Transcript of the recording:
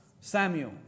Samuel